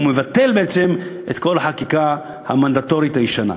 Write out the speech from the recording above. והוא מבטל את כל החקיקה המנדטורית הישנה.